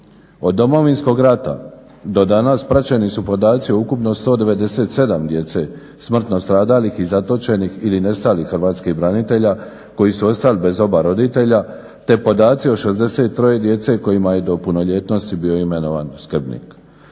Od Domovinskog rata do danas praćeni su podaci o ukupno 197 djece smrtno stradalih, i zatočenih ili nestalih hrvatskih branitelja koji su ostali bez oba roditelja, te podaci o 63 djece kojima je do punoljetnosti bio imenovan skrbnik.